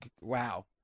Wow